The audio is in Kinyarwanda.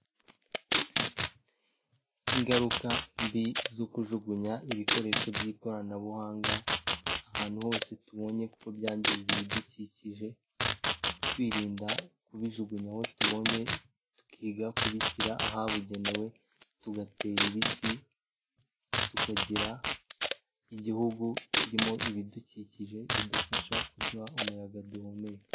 Ingaruka mbi zo kujugunya ibikoresho by'ikoranabuhanga ahantu hose tubonye kuko byangiza ibidukikije, twirinda kubijugunya aho tubonye tukiga kubishyira ahabugenewe, tugatera ibiti, tukagira igihugu kirimo ibidukikije bidufasha kuduha umuyaga duhumeka.